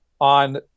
on